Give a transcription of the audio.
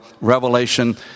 Revelation